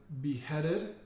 beheaded